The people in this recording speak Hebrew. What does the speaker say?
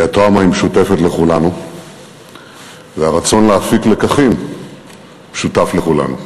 כי הטראומה משותפת לכולנו והרצון להפיק לקחים משותף לכולנו.